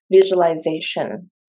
visualization